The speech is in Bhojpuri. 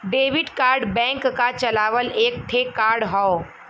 डेबिट कार्ड बैंक क चलावल एक ठे कार्ड हौ